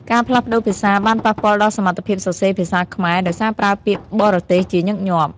ការផ្លាស់ប្តូរភាសាបានប៉ះពាល់ដល់សមត្ថភាពសរសេរភាសាខ្មែរដោយសារប្រើពាក្យបរទេសជាញឹកញាប់។